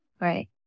right